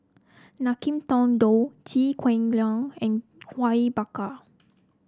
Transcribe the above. Ngiam Tong Dow Chew Kheng Chuan and Awang Bakar